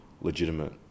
legitimate